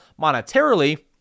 monetarily